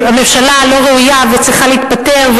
שהממשלה לא ראויה וצריכה להתפטר,